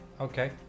Okay